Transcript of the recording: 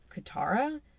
Katara